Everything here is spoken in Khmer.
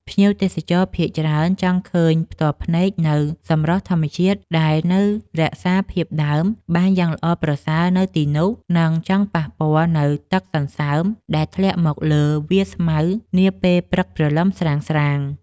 ភ្ញៀវទេសចរភាគច្រើនចង់ឃើញផ្ទាល់ភ្នែកនូវសម្រស់ធម្មជាតិដែលនៅរក្សាភាពដើមបានយ៉ាងល្អប្រសើរនៅទីនោះ និង ចង់ប៉ះពាល់នូវទឹកសន្សើមដែលធ្លាក់មកលើវាលស្មៅនាពេលព្រឹកព្រលឹមស្រាងៗ។